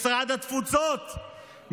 משרד התפוצות,